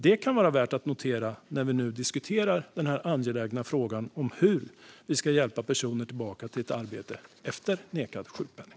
Detta kan vara värt att notera när vi nu diskuterar den angelägna frågan om hur vi ska hjälpa personer tillbaka till arbete efter nekad sjukpenning.